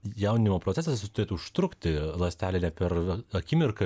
jauninimo procesas jis turėtų užtrukti ląstelė per akimirką